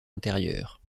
intérieures